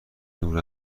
نور